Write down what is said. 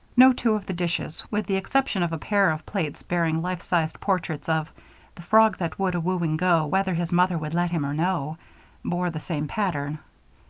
no two of the dishes with the exception of a pair of plates bearing life-sized portraits of the frog that would a-wooing go, whether his mother would let him or no bore the same pattern.